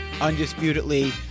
undisputedly